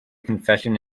confession